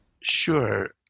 Sure